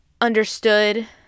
understood